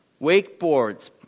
wakeboards